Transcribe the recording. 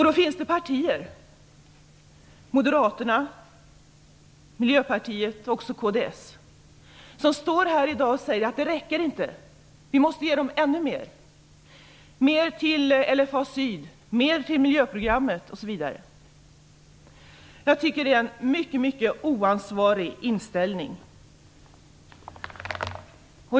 Det finns partier - Moderaterna, Miljöpartiet och kds - som i dag säger att det inte räcker. Vi måste ge dem ännu mer! Vi måste ge mer till LFA syd, mer till miljöprogrammet osv. Jag tycker att det är en mycket oansvarig inställning.